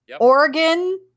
Oregon